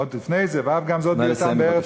עוד לפני זה: "ואף גם זאת בהיותם בארץ